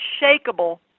unshakable